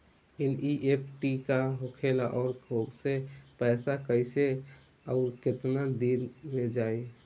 NEFT का होखेला और ओसे पैसा कैसे आउर केतना दिन मे जायी?